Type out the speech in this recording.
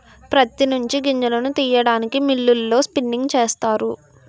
ప్రత్తి నుంచి గింజలను తీయడానికి మిల్లులలో స్పిన్నింగ్ చేస్తారు